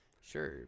sure